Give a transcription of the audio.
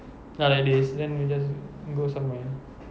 ya like this then we just go somewhere